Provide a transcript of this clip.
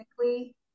Technically